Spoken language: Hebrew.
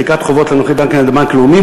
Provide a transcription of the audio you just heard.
מחיקת חובות לנוחי דנקנר על-ידי בנק לאומי,